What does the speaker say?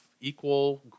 equal